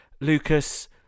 Lucas